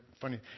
Funny